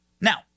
Now